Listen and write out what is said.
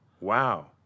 Wow